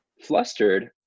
flustered